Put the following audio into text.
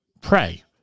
pray